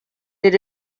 did